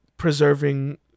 preserving